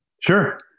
Sure